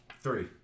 Three